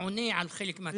עונה על חלק מהצרכים שלכם?